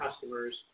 customers